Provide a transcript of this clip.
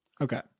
Okay